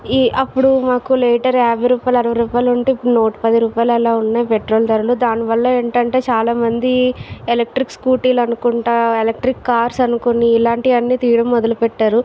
ఈ అప్పుడు మాకు లీటర్ యాభై రూపాయల అరవై రూపాయలు ఉంటే నూట పది రూపాయలు అలా ఉన్నాయి పెట్రోల్ ధరలు దానివల్ల ఏంటంటే చాలామంది ఎలక్ట్రిక్ స్కూటీలు అనుకుంటా ఎలక్ట్రిక్ కార్స్ అనుకుని ఇలాంటివన్నీ తీయడం మొదలుపెట్టారు